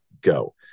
go